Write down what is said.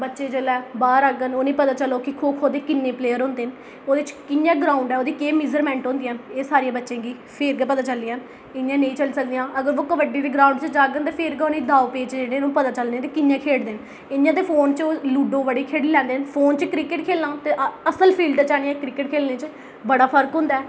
बच्चे जेल्लै बाह्र आह्ंगन उ'नें गी पता चलग कि खो खो दे किन्ने प्लेयर होंदे न ओह्दे च कि'यां ग्राउंड ऐ ओह्दी कि'यां मैजरमैंट होंदियां न एह् सारियां बच्चे गी फिर गै पता चलनियां न इ'यां नेईं चली सकदियां अगर ओह् कबड्डी दे ग्रांउड च जाङन ते फिर गै उ'नें गी दाऊ पैच जेह्ड़े न ओह् पता चलने न के कि'यां खेढदे न इ'यां ते ओह् फोन च लूड़ो बड़ी खेढी लैंदे न फोन च क्रिकट खेलना ते असल फील्ड च आह्नियै क्रिकट खेलने च बड़ा फर्क होंदा ऐ